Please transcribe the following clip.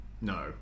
No